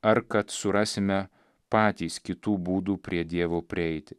ar kad surasime patys kitų būdų prie dievo prieiti